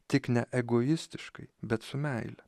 tik ne egoistiškai bet su meile